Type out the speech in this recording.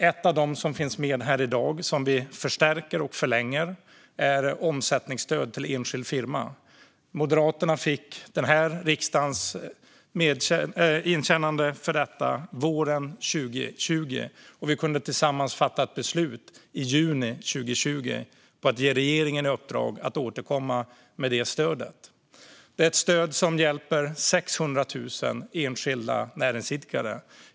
Ett av de förslag som finns med här i dag, som vi förstärker och förlänger, är omsättningsstöd till enskild firma. Moderaterna fick den här riksdagens godkännande för detta våren 2020, och vi kunde tillsammans fatta ett beslut i juni 2020 om att ge regeringen i uppdrag att återkomma med det stödet. Det är ett stöd som hjälper 600 000 enskilda näringsidkare.